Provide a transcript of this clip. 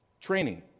Training